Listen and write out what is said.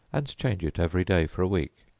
and change it every day for a week